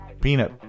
Peanut